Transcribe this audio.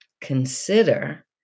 consider